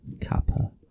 Kappa